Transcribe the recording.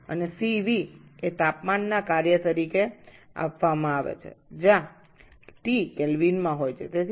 এবং cv তাপমাত্রার একটি চল হিসাবে দেওয়া আছে যেখানে T টি কেলভিনে থাকে